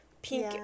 Pink